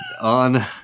on